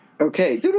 Okay